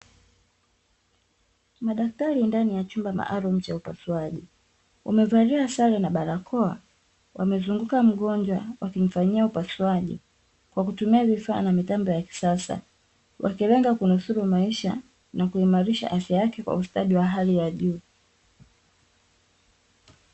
Madktari ndani ya chumba maalumu cha upasuaji. Wamevalia sare na barakoa wamezunguka mgonjwa wakimfanyia upasuaji kwa kutumia vifaa na mitambo ya kisasa, wakilenga kunusuru maisha na kuimairisha afya yake kwa ustadi wa hali ya juu.